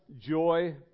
joy